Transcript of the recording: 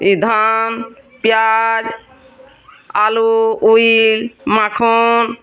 ଇ ଧାନ୍ ପିଆଜ୍ ଆଲୁ ଉଇଟ ମାଖନ୍